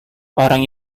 orang